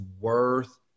worth